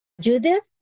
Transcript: Judith